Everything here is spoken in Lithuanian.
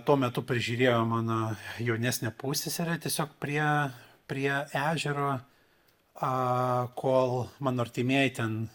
tuo metu prižiūrėjo mano jaunesnę pusseserę tiesiog prie prie ežero a kol mano artimieji ten